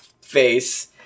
face